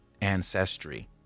ancestry